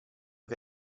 che